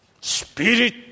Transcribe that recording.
Spirit